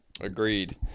Agreed